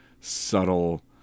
subtle